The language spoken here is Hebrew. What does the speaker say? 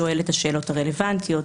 שואל את השאלות הרלוונטיות,